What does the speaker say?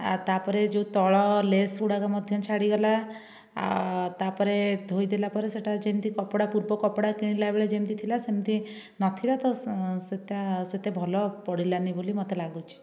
ଆଉ ତାପରେ ଯେଉଁ ତଳ ଲେସ୍ ଗୁଡ଼ାକ ମଧ୍ୟ ଛାଡ଼ିଗଲା ଆଉ ତାପରେ ଧୋଇଦେଲା ପରେ ସେଇଟା ଯେମିତି କପଡ଼ା ପୂର୍ବ କପଡ଼ା କିଣିଲା ବେଳେ ଯେମିତି ଥିଲା ସେମିତି ନଥିଲା ତ ସେତେ ସେତେ ଭଲ ପଡ଼ିଲାନି ବୋଲି ମୋତେ ଲାଗୁଛି